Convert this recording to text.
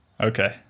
Okay